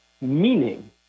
meaning